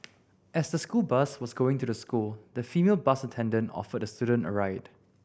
as the school bus was going to the school the female bus attendant offered the student a ride